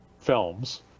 films